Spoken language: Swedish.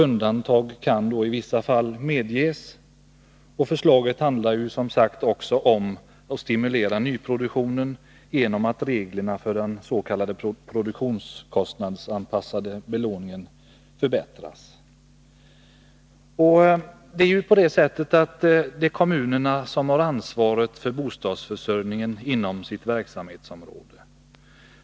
Undantag kan i vissa fall medges. Avsikten med förslaget är, som sagt, också att stimulera nyproduktionen, genom att reglerna för den s.k. produktionskostnadsanpassade belåningen förbättras. Det är kommunen som har ansvaret för bostadsförsörjningen inom sitt verksamhetsområde.